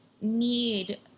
need